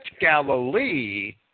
Galilee